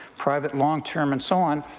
private long-term and so on,